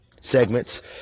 segments